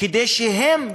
כדי שהן,